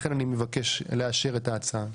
לכן אני מבקש לאשר את ההצעה.